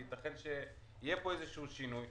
וייתכן שיהיה פה שינוי,